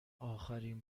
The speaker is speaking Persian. آخرین